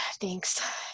Thanks